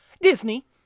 Disney